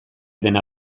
dena